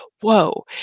whoa